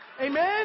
Amen